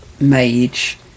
mage